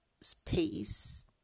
space